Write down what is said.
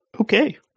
Okay